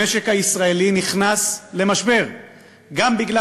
המשק הישראלי נכנס למשבר גם בגלל